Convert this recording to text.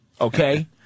Okay